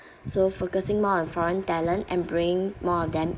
so focusing more on foreign talent and bring more of them